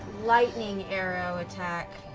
lightning arrow attack,